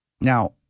now